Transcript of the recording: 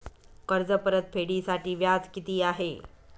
कर्ज परतफेडीसाठी व्याज किती आहे?